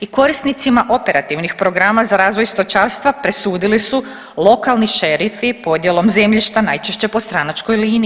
I korisnicima operativnih programa za razvoj stočarstva presudili su lokalni šerifi podjelom zemljišta najčešće po stranačkoj liniji.